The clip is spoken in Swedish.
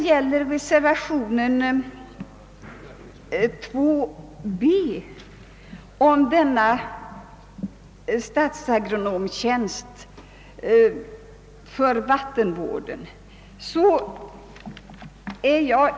I reservationen 2 b yrkas inrättande av en tjänst som statsagronom i vattenvård.